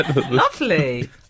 Lovely